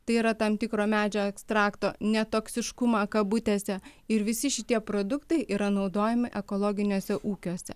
tai yra tam tikro medžio ekstrakto netoksiškumą kabutėse ir visi šitie produktai yra naudojami ekologiniuose ūkiuose